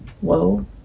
whoa